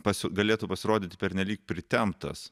pas galėtų pasirodyti pernelyg pritemptas